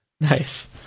nice